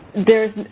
there's